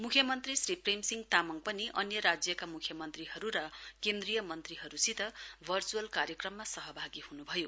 मुख्यमन्त्री श्री प्रेमसिंह तामाङ पनि अन्य राज्यका मुख्यमन्त्रीहरू र केन्द्रीय मन्त्रीहरूसित भर्चुअल कार्यक्रममा सहभागी हुनुभयो